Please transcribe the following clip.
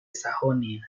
sajonia